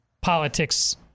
politics